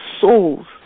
souls